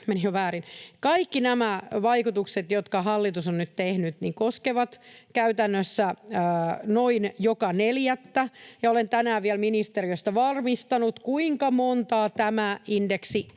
kaikki nämä vaikutukset, jotka hallitus on nyt tehnyt, koskevat käytännössä noin joka neljättä. Olen tänään vielä ministeriöstä varmistanut, kuinka montaa tämä